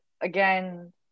again